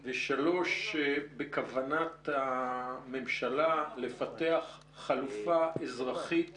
3. בכוונת הממשלה לפתח חלופה אזרחית